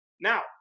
Now